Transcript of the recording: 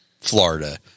Florida